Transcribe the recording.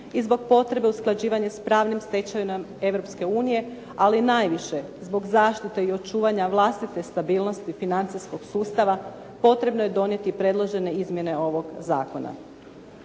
i zbog potrebe usklađivanja s pravnim stečevinama Europske unije, ali najviše zbog zaštite i očuvanja vlastite stabilnosti financijskog sustava potrebno je donijeti predložene izmjene ovog zakona.